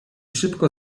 szybko